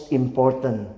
important